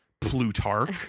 Plutarch